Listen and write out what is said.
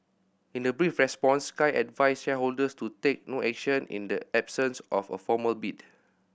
in a brief response Sky advised shareholders to take no action in the absence of a formal bid